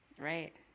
Right